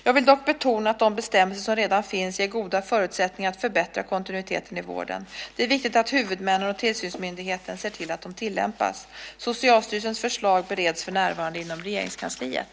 Jag vill dock betona att de bestämmelser som redan finns ger goda förutsättningar att förbättra kontinuiteten i vården. Det är viktigt att huvudmännen och tillsynsmyndigheten ser till att de tillämpas. Socialstyrelsens förslag bereds för närvarande inom Regeringskansliet.